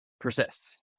persists